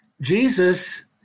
Jesus